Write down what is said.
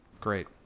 Great